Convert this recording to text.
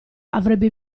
avrebbe